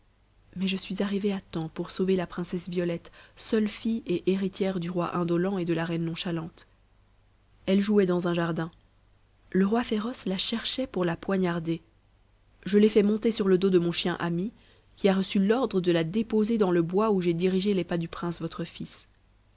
mais je suis arrivée à temps pour sauver la princesse violette seule fille et héritière du roi indolent et de la reine nonchalante elle jouait dans un jardin le roi féroce la cherchait pour la poignarder je l'ai fait monter sur le dos de mon chien ami qui a reçu l'ordre de la déposer dans le bois où j'ai dirigé les pas du prince votre fils